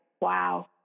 wow